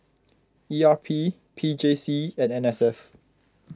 E R P P J C and N S F